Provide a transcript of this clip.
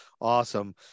awesome